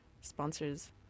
sponsors